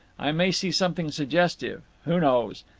i may see something suggestive. who knows?